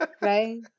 right